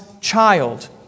child